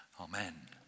amen